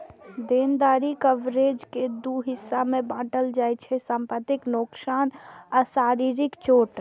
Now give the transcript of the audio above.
देनदारी कवरेज कें दू हिस्सा मे बांटल जाइ छै, संपत्तिक नोकसान आ शारीरिक चोट